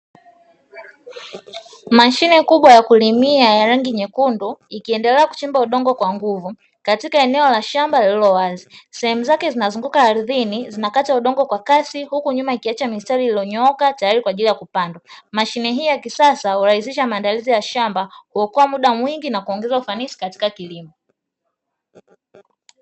Mashine kubwa ya kulimia ya rangi nyekundu ikiendelea kuchimbua udongo kwa nguvu katika eneo la shamba lililo wazi sehemu zake zinazunguka ardhini zinakata udongo kwa kasi, huku nyuma ikiacha mistari iliyonyooka tayari kwa ajili ya kupanda, mashine hii ya kisasa hurahisisha maandalizi ya shamba kuokoa muda mwingi na kuongeza ufanisi katika kilimo.